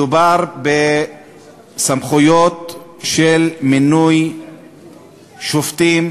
מדובר בסמכויות של מינוי שופטים,